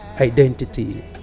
identity